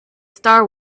star